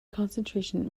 concentration